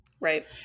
Right